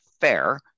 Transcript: Fair